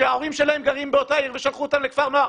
שההורים שלהם גרים באותה עיר ושלחו אותם לכפר נוער,